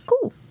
cool